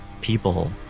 people